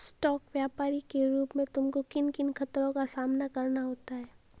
Stock व्यापरी के रूप में तुमको किन किन खतरों का सामना करना होता है?